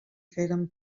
feren